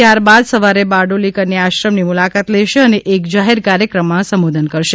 ત્યારબાદ સવારે બારડોલી કન્યા આશ્રમની મુલાકાત લેશે અને એક જાહેર કાર્યક્રમમાં સંબોધન કરશે